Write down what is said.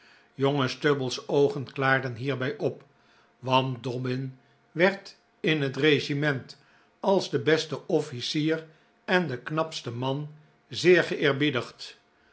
jonge stubble's oogen klaarden hierbij op want dobbin werd in het regiment als de beste offlcier en de knapste man